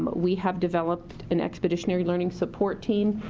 but we have developed an expeditionary learning support team.